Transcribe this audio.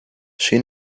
she